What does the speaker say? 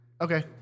Okay